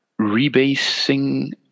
rebasing